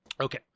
Okay